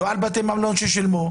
לא על בתי מלון ששילמו,